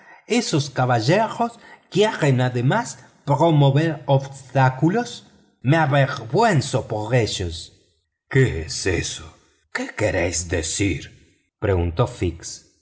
esos caballeros quieren además promover obstáculos me avergüenzo por ellos qué es eso qué queréis decir preguntó fix